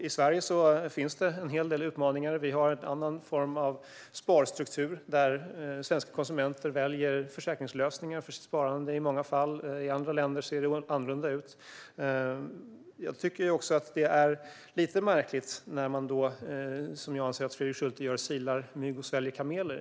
I Sverige finns det en hel del utmaningar. Vi har en annan form av sparstruktur. Svenska konsumenter väljer försäkringslösningar för sitt sparande i många fall. I andra länder ser det annorlunda ut. Det är lite märkligt när man, som jag anser att Fredrik Schulte gör, silar mygg och sväljer kameler.